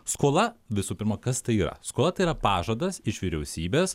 skola visų pirma kas tai yra skola yra pažadas iš vyriausybės